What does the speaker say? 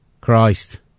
Christ